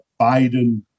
biden